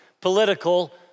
political